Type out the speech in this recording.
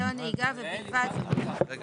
אותו